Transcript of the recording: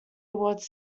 awards